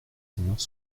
seniors